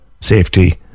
safety